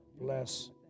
bless